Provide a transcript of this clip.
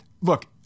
Look